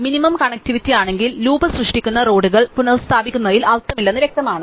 minimum കണക്റ്റിവിറ്റിയാണെങ്കിൽ loop സൃഷ്ടിക്കുന്ന റോഡുകൾ പുനസ്ഥാപിക്കുന്നതിൽ അർത്ഥമില്ലെന്ന് വ്യക്തമാണ്